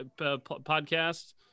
podcast